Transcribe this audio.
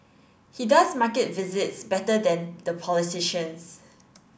he does market visits better than the politicians